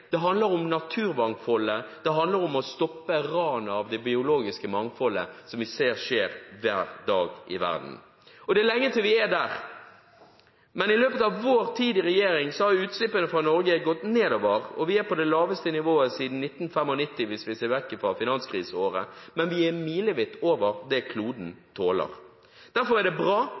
det handler om naturmangfoldet, det handler om å stoppe ranet av det biologiske mangfoldet som vi ser skjer hver dag i verden. Det er lenge til vi er der, men i løpet av vår tid i regjering har utslippene fra Norge gått nedover, og vi er på det laveste nivået siden 1995, hvis vi ser vekk fra finanskriseåret, men vi er milevidt over det kloden tåler. Derfor er det bra